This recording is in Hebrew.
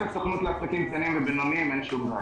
הסוכנות לעסקים קטנים ובינוניים אין שום בעיה.